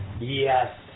Yes